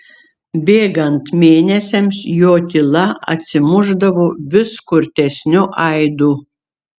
bėgant mėnesiams jo tyla atsimušdavo vis kurtesniu aidu